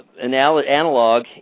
analog